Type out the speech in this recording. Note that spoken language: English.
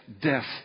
death